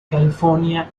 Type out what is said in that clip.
california